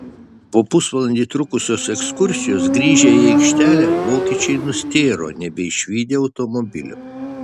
po pusvalandį trukusios ekskursijos grįžę į aikštelę vokiečiai nustėro nebeišvydę automobilio